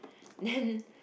then